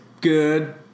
good